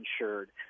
insured